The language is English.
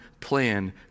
plan